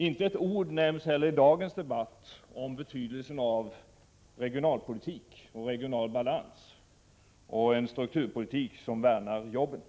Inte heller i dagens debatt sägs det ett ord om betydelsen av regionalpolitik, regional balans och en strukturpolitik som värnar jobben.